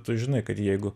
tu žinai kad jeigu